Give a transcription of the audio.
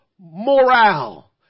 morale